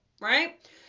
right